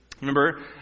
Remember